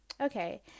Okay